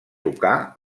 tocar